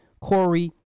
corey